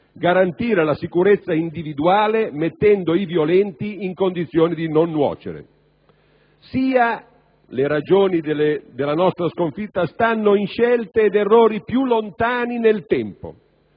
garantire la sicurezza individuale, mettendo i violenti in condizione di non nuocere. Le ragioni della nostra sconfitta stanno, inoltre, in scelte ed errori più lontani nel tempo,